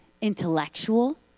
intellectual